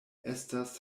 estas